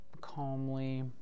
calmly